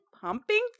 pumping